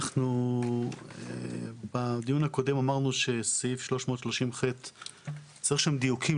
אנחנו בדיון הקודם אמרנו שסעיף 330ח צריך שם דיוקים